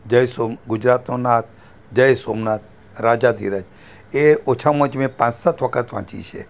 જય સોમ ગુજરાતનો નાથ જય સોમનાથ રાજાધિરાજ એ ઓછામાં ઓછી મેં પાંચ સાત વખત વાંચી છે